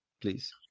please